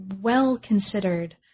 well-considered